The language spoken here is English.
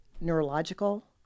neurological